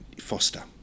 foster